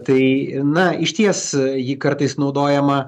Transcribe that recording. tai na išties ji kartais naudojama